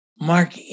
Mark